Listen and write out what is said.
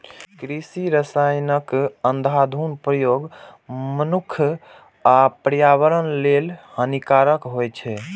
कृषि रसायनक अंधाधुंध प्रयोग मनुक्ख आ पर्यावरण लेल हानिकारक होइ छै